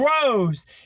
grows